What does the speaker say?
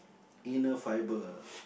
inner fiber